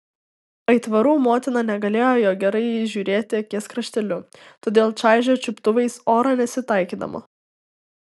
aitvarų motina negalėjo jo gerai įžiūrėti akies krašteliu todėl čaižė čiuptuvais orą nesitaikydama